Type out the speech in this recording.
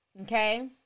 okay